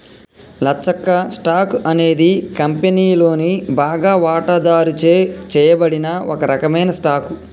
లచ్చక్క, stock అనేది కంపెనీలోని బాగా వాటాదారుచే చేయబడిన ఒక రకమైన స్టాక్